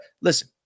Listen